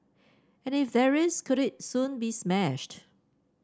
and if there is could it soon be smashed